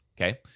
Okay